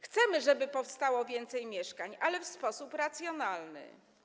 Chcemy, żeby powstawało więcej mieszkań, ale w sposób racjonalny.